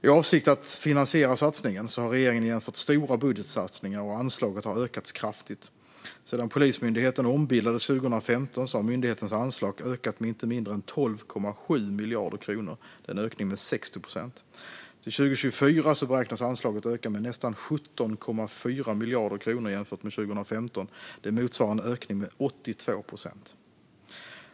I avsikt att finansiera satsningen har regeringen genomfört stora budgetsatsningar, och anslaget har ökats kraftigt. Sedan Polismyndigheten ombildades 2015 har myndighetens anslag ökat med inte mindre än 12,7 miljarder kronor, en ökning med 60 procent. Till 2024 beräknas anslaget öka med nästan 17,4 miljarder kronor jämfört med 2015. Det motsvarar en ökning med 82 procent.